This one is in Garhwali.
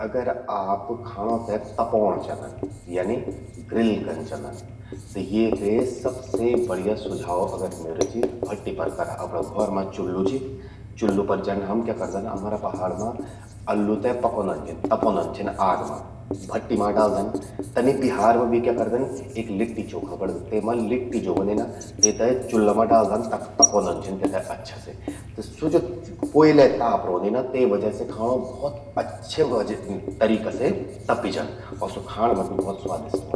अगर आप खाणों ते तपौंण चांदन यानी ग्रिल कन्न चांदन त येते सबसे बढ़िया सुझाव अगर म्येरू चि त भट्टी पर करा। अपरा घौर मां चुल्लू चि, चुल्लू पर जन हम क्या करदन हमरा पहाड़ मां अल्लू ते पकौंदन छिन, तपौंदन छिन आग मां भट्टी मां डालदन। तन्नि बिहार मां क्या करदन लिटटी चोखा बणद। तेमा लिट्टी ज्वो ह्वोंदि ना, तेते चुल्ला मां डालदन। तख तपौंदन छिन तेते अच्छा से। त सू जो कोयले ताप रौंदि ना, ते वजह से खाणौं भौत अच्छा तरीका से तपी जंद। अर स्वो खाण मां भी भौत स्वादिष्ट ह्वंद।